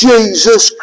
Jesus